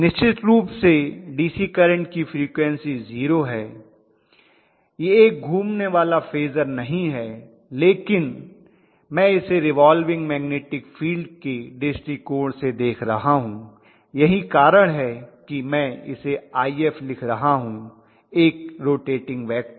निश्चित रूप से DC करंट की फ्रीक्वन्सी 0 है यह एक घूमने वाला फेजर नहीं है लेकिन मैं इसे रिवाल्विंग मैग्नेटिक फील्ड के दृष्टिकोण से देख रहा हूं यही कारण है कि मैं इसे If लिख रह हूँ एक रोटेटिंग वेक्टर